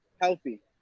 healthy